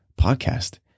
podcast